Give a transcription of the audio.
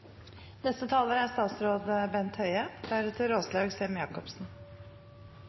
Neste taler er Geir Pollestad, deretter